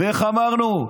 ואיך אמרנו?